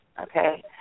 okay